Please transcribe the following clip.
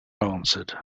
answered